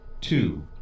two